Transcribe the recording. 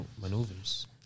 maneuvers